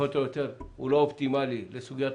הוא לא אופטימאלי, לסוגיית